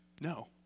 No